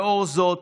לאור זאת,